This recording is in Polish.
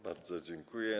Bardzo dziękuję.